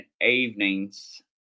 evenings